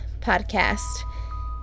podcast